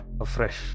afresh